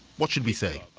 what should we say?